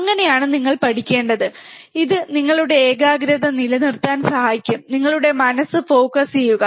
അങ്ങനെയാണ് നിങ്ങൾ പഠിക്കേണ്ടത് ഇത് നിങ്ങളുടെ ഏകാഗ്രത നിലനിർത്താൻ സഹായിക്കും നിങ്ങളുടെ മനസ്സ് ഫോക്കസ് ചെയ്യുക